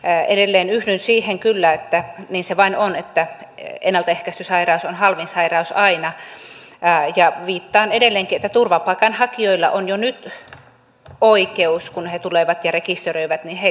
edelleen yhdyn siihen kyllä että niin se vain on että ennaltaehkäisty sairaus on halvin sairaus aina ja viittaan edelleenkin että turvapaikanhakijoilla on jo nyt oikeus kun he tulevat ja rekisteröityvät niin heille tehdään